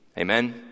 Amen